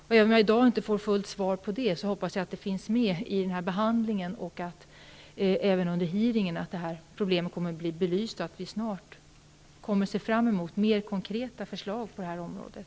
Även om justitieministern inte i dag kan kommentera detta, hoppas jag att det tas upp i den behandling som skall göras, att problemet också kommer att bli belyst under hearingen och att vi snart kan se fram emot mer konkreta förslag på det här området.